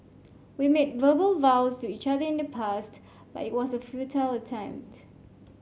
we made verbal vows to each other in the past but it was a futile attempt